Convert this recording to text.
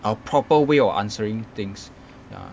a proper way or answering things ya